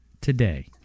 today